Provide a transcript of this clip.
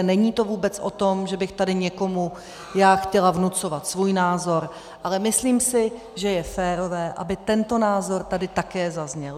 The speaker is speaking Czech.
Není to vůbec o tom, že bych tady někomu já chtěla vnucovat svůj názor, ale myslím si, že je férové, aby tento názor tady také zazněl.